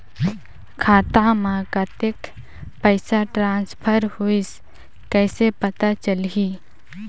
खाता म कतेक पइसा ट्रांसफर होईस कइसे पता चलही?